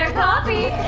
coffee,